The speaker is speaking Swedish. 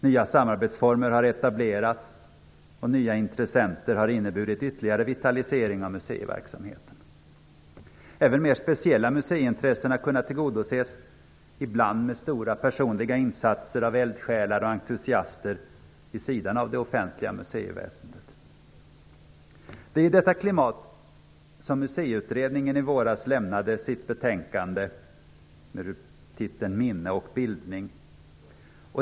Nya samarbetsformer har etablerats och nya intressenter har inneburit ytterligare vitalisering av museiverksamheten. Även mer speciella museiintressen har kunnat tillgodoses, ibland med stora personliga insatser av eldsjälar och entusiaster vid sidan av det offentliga museiväsendet. Det var i detta klimat som Museiutredningen i våras lämnade sitt betänkande med titeln Minne och bildning.